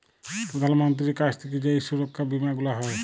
প্রধাল মন্ত্রীর কাছ থাক্যে যেই সুরক্ষা বীমা গুলা হ্যয়